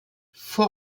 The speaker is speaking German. vor